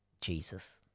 Jesus